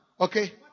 Okay